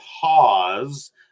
pause